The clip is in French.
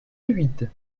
huit